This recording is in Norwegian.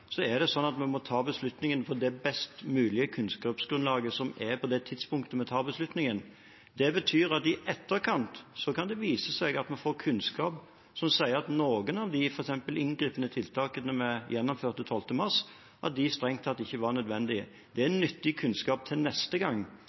på det kunnskapsgrunnlaget som er på det tidspunktet vi tar beslutningen. Det betyr at det i etterkant kan vise seg at vi får kunnskap som sier at f.eks. noen av de inngripende tiltakene vi innførte 12. mars, strengt tatt ikke var nødvendige. Det er nyttig kunnskap til neste gang,